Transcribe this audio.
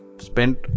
spent